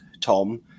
Tom